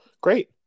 Great